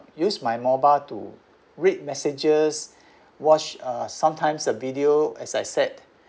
use my mobile to read messages watch uh sometimes a video as I said